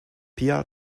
pia